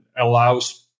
allows